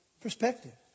perspective